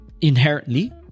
inherently